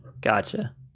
Gotcha